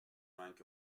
rank